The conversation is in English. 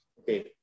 Okay